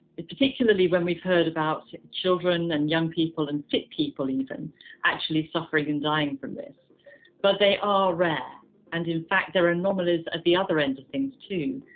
particularly when we've heard about children and young people and fit people even actually suffering and dying from this but they are rare and in fact, there are anomalies at the other end of things too.